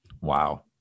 Wow